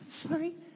sorry